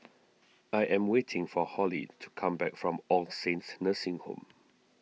I am waiting for Hollie to come back from All Saints Nursing Home